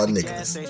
Nicholas